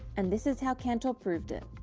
and this is how cantor proved it.